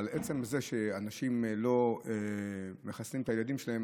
אבל עצם זה שאנשים לא מחסנים את הילדים שלהם,